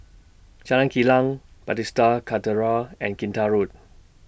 Jalan Kilang Bethesda Cathedral and Kinta Road